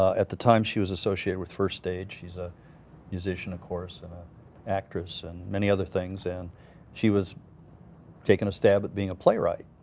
at the time she was associated with first stage, she's a musician of course, and an actress, and many other things and she was taking a stab at being a playwright.